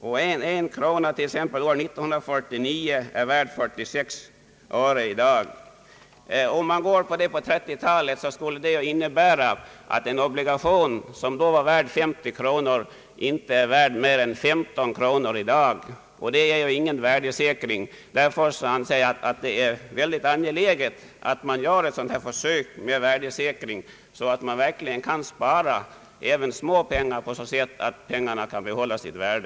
1 krona från 1949 är i dag värd 46 öre. Den obliga tion som på 1930-talet var värd 50 kronor är i dag inte värd mer än 15 kronor, vilket ju inte kan kallas värdesäkring. Det är därför angeläget att man gör ett försök med ett sådant värdesäkert lån så att även små pengar kan behålla sitt värde.